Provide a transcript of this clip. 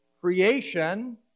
creation